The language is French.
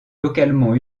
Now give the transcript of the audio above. localement